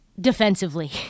Defensively